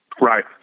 Right